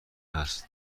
هست